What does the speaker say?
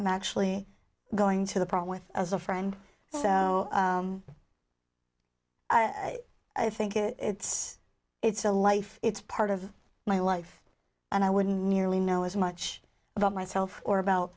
i'm actually going to the prom with as a friend so i think it it's it's a life it's part of my life and i wouldn't nearly know as much about myself or about